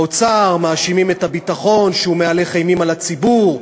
באוצר מאשימים את הביטחון שהוא מהלך אימים על הציבור,